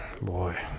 Boy